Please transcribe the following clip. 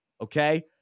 okay